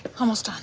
almost ah